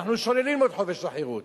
אנחנו שוללים לו את חופש החירות.